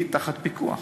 היא תחת פיקוח.